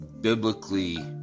biblically